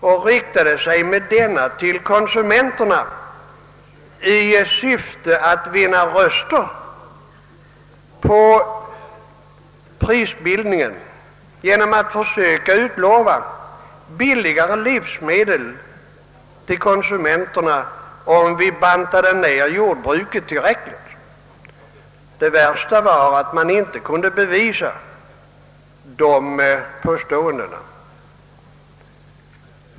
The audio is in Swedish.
I syfte att vinna röster på prisbildningen riktade sig socialdemokraterna till konsumenterna och försökte utlova billigare livsmedel, om jordbruket bantades ned tillräckligt. Det värsta var att man inte kunde bevisa dessa påståenden.